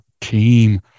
team